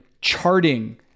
charting